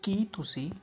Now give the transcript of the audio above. ਕੀ ਤੁਸੀਂ